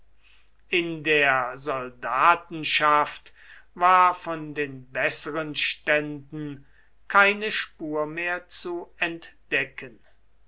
in der soldatenschaft war von den besseren ständen keine spur mehr zu entdecken